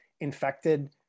infected